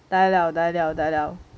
die liao die liao die liao